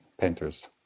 Painters